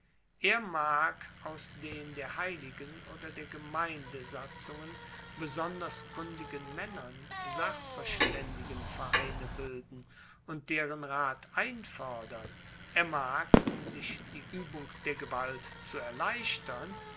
er mag aus den der heiligen oder der gemeindesatzungen besonders kundigen maennern sachverstaendigenvereine bilden und deren rat einfordern er mag um sich die uebung der gewalt zu erleichtern